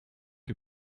que